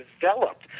developed